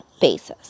basis